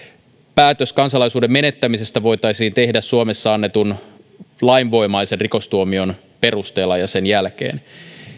päätös kansalaisuuden menettämisestä voitaisiin tehdä suomessa annetun lainvoimaisen rikostuomion perusteella ja sen jälkeen